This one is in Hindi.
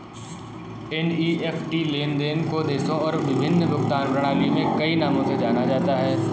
एन.ई.एफ.टी लेन देन को देशों और विभिन्न भुगतान प्रणालियों में कई नामों से जाना जाता है